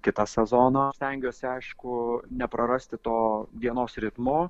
kitą sezoną stengiuosi aišku neprarasti to dienos ritmo